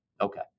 Okay